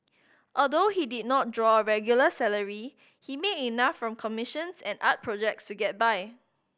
although he did not draw a regular salary he made enough from commissions and art projects to get by